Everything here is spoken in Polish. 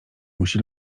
musi